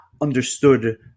understood